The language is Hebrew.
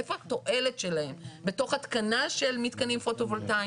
איפה התועלת שלהם בתוך התקנה של מתקנים פוטו-וולטאים.